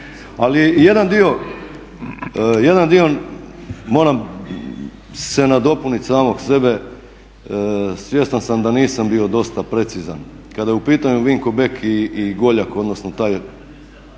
dio, jedan dio, moram se nadopuniti samog sebe, svjestan sam da nisam bio dosta precizan kada je u pitanju Vinko Bek i Goljak, odnosno ta